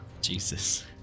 jesus